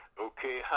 Okay